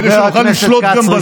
כדי שנוכל לשלוט גם בזה,